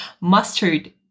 mustard